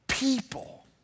people